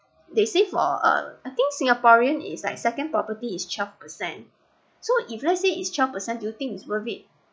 they say for uh I think singaporean is like second property is twelve percent so if let's say is twelve percent do you think is worth it